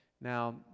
Now